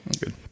Good